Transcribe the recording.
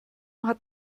hat